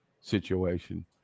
situation